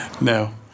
No